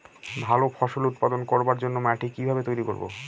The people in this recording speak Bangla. ভালো ফসল উৎপাদন করবার জন্য মাটি কি ভাবে তৈরী করব?